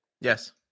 Yes